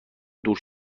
دور